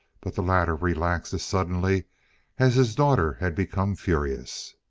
but the latter relaxed as suddenly as his daughter had become furious.